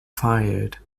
fired